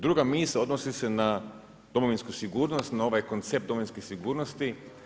Druga misao odnosi se na domovinsku sigurnost, na ovaj koncept domovinske sigurnosti.